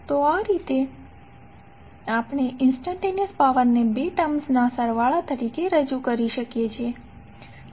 તો આ રીતે આપણે ઇંસ્ટંટેનીઅસ પાવર ને બે ટર્મ્સના સરવાળા તરીકે રજૂ કરી શકીએ છીએ